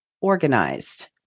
organized